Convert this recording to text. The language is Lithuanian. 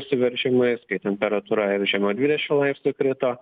įsiveržimais kai temperatūra žemiau dvidešim laipsnių krito